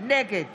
נגד